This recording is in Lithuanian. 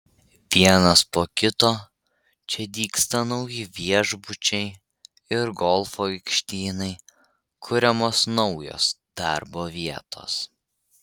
vienas po kito čia dygsta nauji viešbučiai ir golfo aikštynai kuriamos naujos darbo vietos